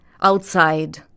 Outside